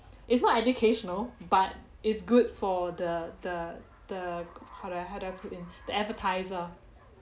it's not educational but it's good for the the the how do I how do I put in the advertiser